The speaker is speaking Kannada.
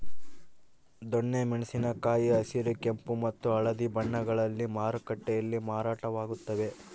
ದೊಣ್ಣೆ ಮೆಣಸಿನ ಕಾಯಿ ಹಸಿರು ಕೆಂಪು ಮತ್ತು ಹಳದಿ ಬಣ್ಣಗಳಲ್ಲಿ ಮಾರುಕಟ್ಟೆಯಲ್ಲಿ ಮಾರಾಟವಾಗುತ್ತವೆ